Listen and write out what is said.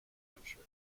hampshire